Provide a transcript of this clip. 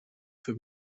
für